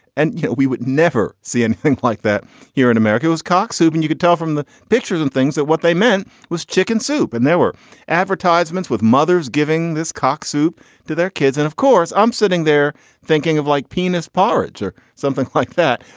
and yet we would never see anything like that here in america was cock soup. and you could tell from the pictures and things that what they meant was chicken soup. and there were advertisments with mothers giving this cock soup to their kids. and of course, i'm sitting there thinking of like penis porridge or something like that.